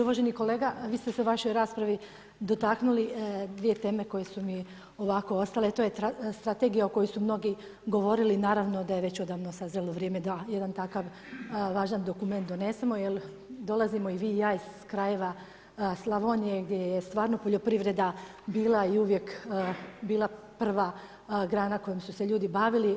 Uvaženi kolega, vi ste se u vašoj raspravi dotaknuli 2 teme koje su mi ovako ostali, to je strategija o kojoj su mnogi govorili i naravno da je već odavno sazrjelo vrijeme da jedan takav važan dokument donesemo, jer dolazimo i vi i ja iz krajeva Slavonije, gdje je stvarno poljoprivreda bila i uvijek bila prva grana kojom su se ljudi bavili.